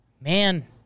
Man